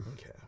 Okay